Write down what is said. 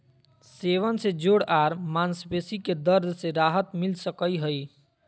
सेवन से जोड़ आर मांसपेशी के दर्द से राहत मिल सकई हई